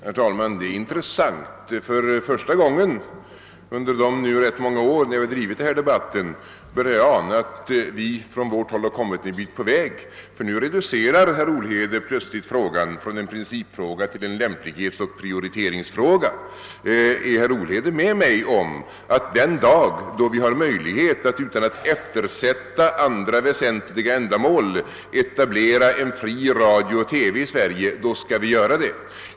Herr talman! Det var intressant att höra herr Oihedes uttalande nu. Det är nämligen första gången under de många år vi har debatterat denna fråga, som jag börjar ana, att vi från vårt håll har kommit en bit på väg. Nu reducerar herr Oihede plötsligt frågan från en principfråga till en lämplighetsoch prioriteringsfråga. Är herr Olhede med mig om att den dag, då vi har möjlighet att utan att eftersätta andra väsentliga ändamål etablera en fri ra. dio och TV i Sverige, då skall vi göra det?